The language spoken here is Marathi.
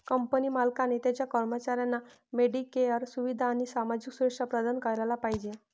कंपनी मालकाने त्याच्या कर्मचाऱ्यांना मेडिकेअर सुविधा आणि सामाजिक सुरक्षा प्रदान करायला पाहिजे